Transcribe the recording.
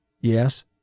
Yes